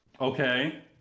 okay